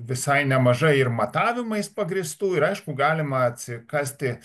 visai nemažai ir matavimais pagrįstų ir aišku galima atsikasti